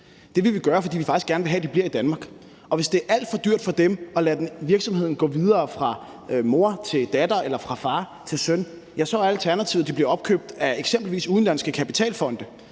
Det vil vi gøre, fordi vi faktisk gerne vil have, de bliver i Danmark, og hvis det er alt for dyrt for dem at lade virksomheden gå videre fra mor til datter eller fra far til søn, er alternativet, at de bliver opkøbt af eksempelvis udenlandske kapitalfonde.